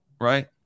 Right